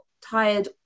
tired